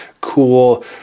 Cool